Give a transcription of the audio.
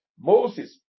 Moses